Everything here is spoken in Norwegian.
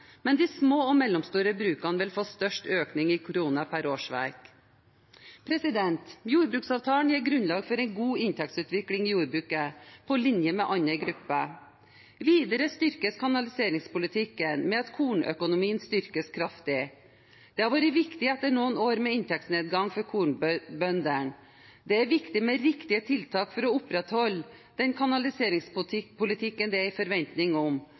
men de små og mellomstore brukene vil få størst økning i kroner per årsverk. Jordbruksavtalen gir grunnlag for en god inntektsutvikling i jordbruket – på linje med andre grupper. Videre styrkes kanaliseringspolitikken ved at kornøkonomien styrkes kraftig. Det har vært viktig etter noen år med inntektsnedgang for kornbøndene. Det er viktig med riktige tiltak for å opprettholde den kanaliseringspolitikken det er forventning om,